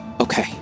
Okay